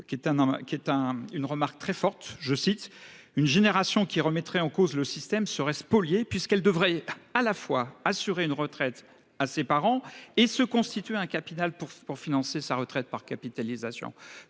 économiques (OFCE) :« Une génération qui remettrait en cause le système serait spoliée puisqu'elle devrait à la fois assurer une retraite à ses parents et se constituer un capital pour financer sa retraite par capitalisation. »